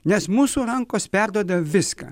nes mūsų rankos perduoda viską